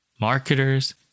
marketers